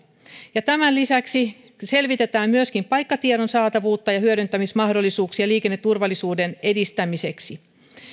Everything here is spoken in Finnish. ja tämän lisäksi selvitetään myöskin paikkatiedon saatavuutta ja hyödyntämismahdollisuuksia liikenneturvallisuuden edistämiseksi